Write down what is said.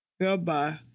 Goodbye